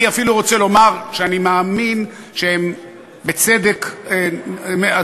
אני אפילו רוצה לומר שאני מאמין שהם בצדק במעצר,